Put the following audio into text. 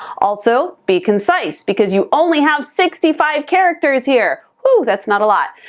also, be concise, because you only have sixty five characters here! woo, that's not a lot!